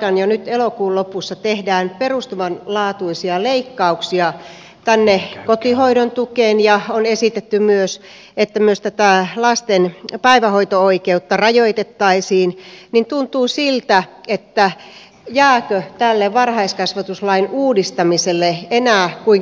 kun nyt elokuun lopussa tehdään perustavanlaatuisia leikkauksia tänne kotihoidon tukeen ja samaan aikaan on esitetty myös että tätä lasten päivähoito oikeutta rajoitettaisiin niin tuntuu siltä että jääkö tälle varhaiskasvatuslain uudistamiselle